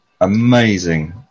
amazing